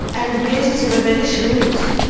and the patients are very shrewd